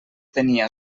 tenia